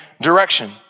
direction